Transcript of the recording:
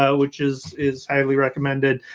ah which is is highly recommended.